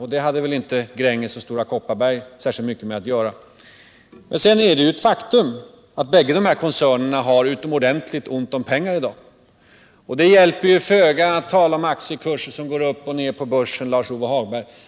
Med dem hade väl inte Gränges och Stora Kopparberg särskilt mycket att göra. Sedan är det ett faktum att bägge dessa koncerner i dag har utomordentligt ont om pengar. Det hjälper föga att tala om aktiekurser som går upp och ner på börsen, Lars-Ove Hagberg.